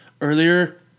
earlier